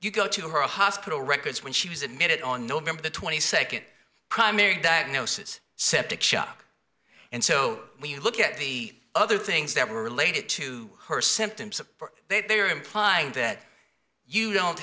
you go to her hospital records when she was admitted on november the twenty second primary diagnosis septic shock and so when you look at the other things that were related to her symptoms they are implying that you don't